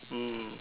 mm